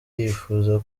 yifuza